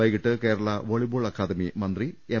വൈകിട്ട് Kerala volleyball academy മന്ത്രി M